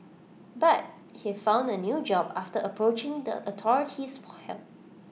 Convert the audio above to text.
but he found A new job after approaching the authorities for help